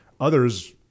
Others